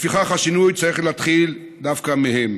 לפיכך, השינוי צריך להתחיל דווקא מהם.